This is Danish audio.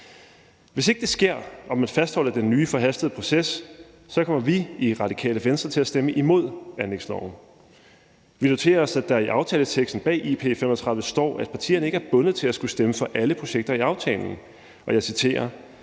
Hvis ikke det sker og man fastholder den nye forhastede proces, kommer vi i Radikale Venstre til at stemme imod forslaget til anlægsloven. Vi noterer os, at der i aftaleteksten bag »Infrastrukturplan 2035« står, at partierne ikke er bundet til at skulle stemme for alle projekter i aftalen. Jeg citerer: